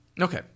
Okay